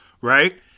right